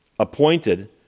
appointed